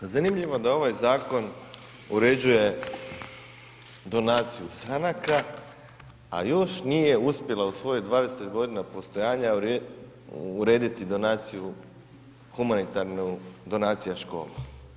Zanimljivo da ovaj zakon uređuje donaciju stranaka a još nije uspjela u svojih 20 g. postojanja urediti donaciju humanitarnu donaciju škole.